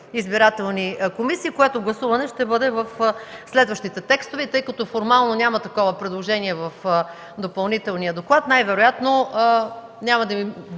избирателни комисии, което гласуване ще бъде в следващите текстове. Тъй като формално няма такова предложение в допълнителния доклад, най-вероятно няма да ми